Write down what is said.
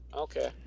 okay